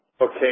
Okay